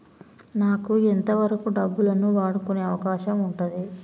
నాకు ఎంత వరకు డబ్బులను వాడుకునే అవకాశం ఉంటది?